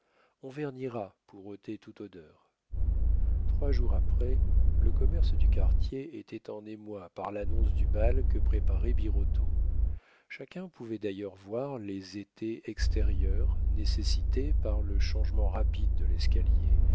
on vernira pour ôter toute odeur trois jours après le commerce du quartier était en émoi par l'annonce du bal que préparait birotteau chacun pouvait d'ailleurs voir les étais extérieurs nécessités par le changement rapide de l'escalier